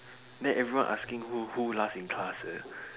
then everyone asking who who last in class eh